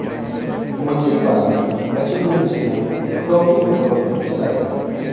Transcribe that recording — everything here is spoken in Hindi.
मछली वाला बची हुई मछलियां टोकरी में बटोरकर चला गया